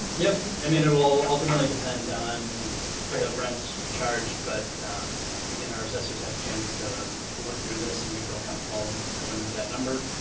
yep, i mean it will all ultimately depend on rather the rents charge but again, our assessors have a chance to to look through this and we feel comfortable, going with that number.